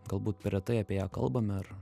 galbūt per retai apie ją kalbame ar